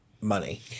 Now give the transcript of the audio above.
money